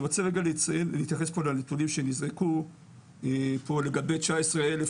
אני רוצה רגע להתייחס לנתונים שנזרקו פה לגבי 19,000